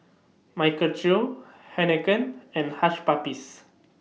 Michael Trio Heinekein and Hush Puppies